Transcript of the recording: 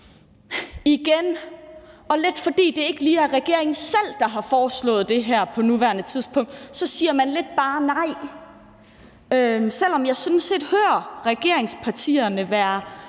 igen. Og fordi det ikke er regeringen selv, der har foreslået det her på nuværende tidspunkt, siger man bare nej, selv om jeg sådan set hører regeringspartierne være